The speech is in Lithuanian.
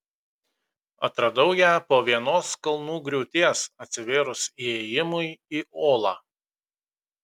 atradau ją po vienos kalnų griūties atsivėrus įėjimui į olą